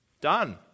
done